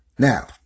Now